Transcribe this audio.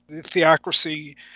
theocracy